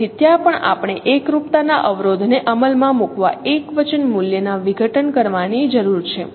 તેથી ત્યાં પણ આપણે એકરૂપતા ના અવરોધને અમલ માં મૂકવા એકવચન મૂલ્ય ના વિઘટન કરવાની જરૂર છે